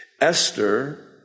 Esther